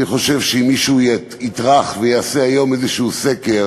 אני חושב שאם מישהו יטרח ויעשה היום סקר